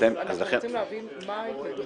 אנחנו רוצים להבין מה ההתנגדות.